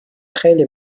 خیلی